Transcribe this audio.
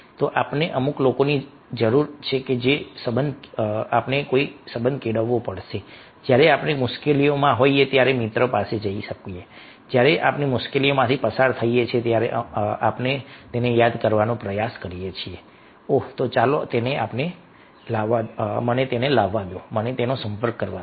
તો આપણને અમુક લોકોની જરૂર છે આપણે કોઈ સંબંધ કેળવવો પડશે જ્યારે આપણે મુશ્કેલીમાં હોઈએ ત્યારે હું મિત્ર પાસે જઈ શકું જ્યારે આપણે મુશ્કેલીઓમાંથી પસાર થઈએ છીએ ત્યારે આપણે યાદ કરવાનો પ્રયાસ કરીએ છીએ ઓહ ચાલો મને તેને લાવવા દો મને તેનો સંપર્ક કરવા દો